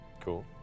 Cool